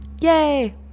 Yay